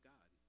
God